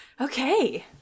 Okay